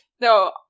No